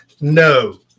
No